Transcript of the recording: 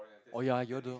oh ya you all don't know